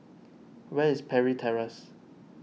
where is Parry Terrace